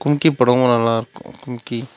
கும்கி படமும் நல்லாயிருக்கும் கும்கி